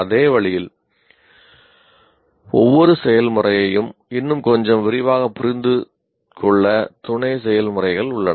அதே வழியில் ஒவ்வொரு செயல்முறையையும் இன்னும் கொஞ்சம் விரிவாக புரிந்து கொள்ள துணை செயல்முறைகள் உள்ளன